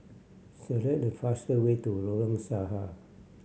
select the faster way to Lorong Sahad